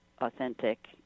authentic